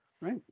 right